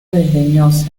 desdeñosa